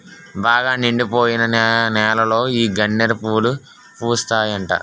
బాగా నిండిపోయిన నేలలో ఈ గన్నేరు పూలు పూస్తాయట